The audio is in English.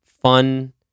fun